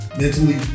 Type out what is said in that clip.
mentally